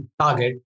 target